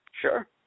Sure